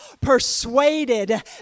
persuaded